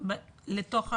לתוך המבנה?